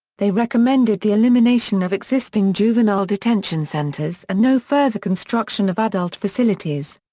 they recommended the elimination of existing juvenile detention centers and no further construction of adult facilities.